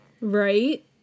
Right